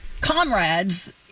comrades